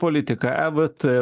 politika evt